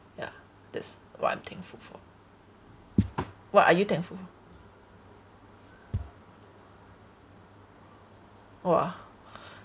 ya that's what I'm thankful for what are you thankful for !wah!